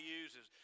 uses